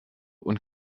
und